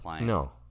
No